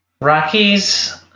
Rockies